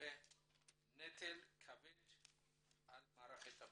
ומהווה נטל כבד על מערכת הבריאות,